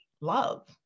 love